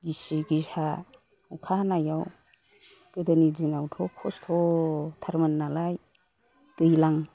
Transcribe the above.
गिसि गिसा अखा हानायाव गोदोनि दिनावथ' खस्थ'थारमोन नालाय दैज्लां